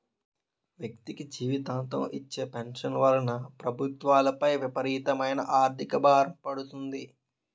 వ్యక్తికి జీవితాంతం ఇచ్చే పెన్షన్ వలన ప్రభుత్వాలపై విపరీతమైన ఆర్థిక భారం పడుతుంది